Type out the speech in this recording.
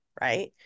right